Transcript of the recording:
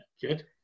Good